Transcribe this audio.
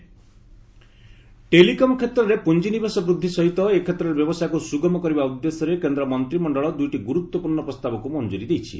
cabinet telecom telecom କ୍ଷେତ୍ରରେ ପୁଞ୍ଜିନିବେଶ ବୃଦ୍ଧି ସହିତ ଏ କ୍ଷେତ୍ରରେ ବ୍ୟବସାୟକୁ ସୁଗମ କରିବା ଉଦ୍ଦେଶ୍ୟରେ କେନ୍ଦ୍ର ମନ୍ତ୍ରିମଣ୍ଡଳ ଦୁଇଟି ଗୁରୁତ୍ୱପୂର୍ଣ୍ଣ ପ୍ରସ୍ତାବକୁ ମଂଜୁରୀ ଦେଇଛି